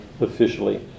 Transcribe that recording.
officially